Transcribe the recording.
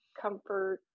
comfort